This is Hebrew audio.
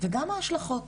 עצם העובדה שכל היחידות